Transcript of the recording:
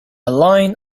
line